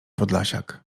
podlasiak